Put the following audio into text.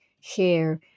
share